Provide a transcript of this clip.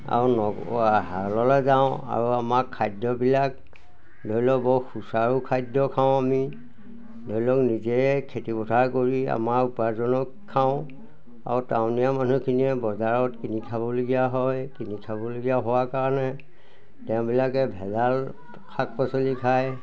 আৰু হাললৈ যাওঁ আৰু আমাক খাদ্যবিলাক ধৰি লওক বৰ সুচাৰু খাদ্য খাওঁ আমি ধৰি লওক নিজে খেতি পথাৰ কৰি আমাৰ উপাৰ্জনক খাওঁ আৰু টাউনীয়া মানুহখিনিয়ে বজাৰত কিনি খাবলগীয়া হয় কিনি খাবলগীয়া হোৱাৰ কাৰণে তেওঁবিলাকে ভেজাল শাক পাচলি খায়